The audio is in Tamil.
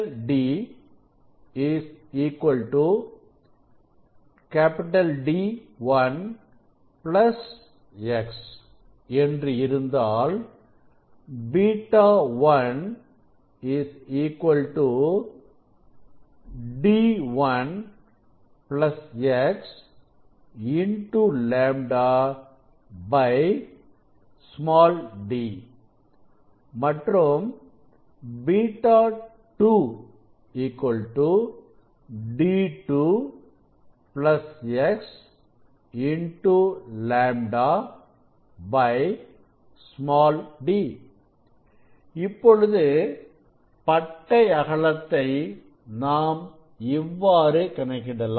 D D1 x என்று இருந்தால் β 1 D 1 x λ d மற்றும் β 2 D 2 x λ d இப்பொழுது பட்டை அகலத்தை நாம் இவ்வாறு கணக்கிடலாம்